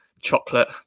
chocolate